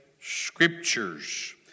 scriptures